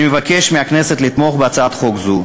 אני מבקש מהכנסת לתמוך בהצעת חוק זו.